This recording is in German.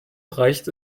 reicht